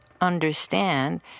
understand